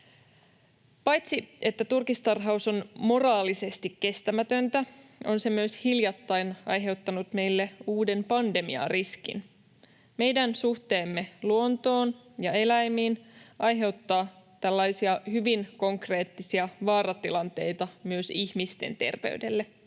Paitsi että turkistarhaus on moraalisesti kestämätöntä, on se myös hiljattain aiheuttanut meille uuden pandemiariskin. Meidän suhteemme luontoon ja eläimiin aiheuttaa tällaisia hyvin konkreettisia vaaratilanteita myös ihmisten terveydelle.